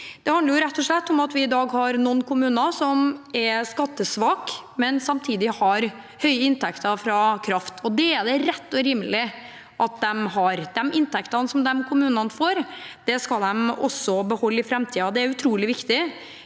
Det handler rett og slett om at vi i dag har noen kommuner som er skattesvake, men som samtidig har høye inntekter fra kraft. Det er det rett og rimelig at de har. De inntektene de kommunene får, skal de også beholde i framtiden. Det er utrolig viktig